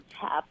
tap